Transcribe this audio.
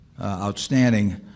outstanding